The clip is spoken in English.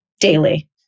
daily